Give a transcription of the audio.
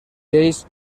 lleis